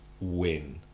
win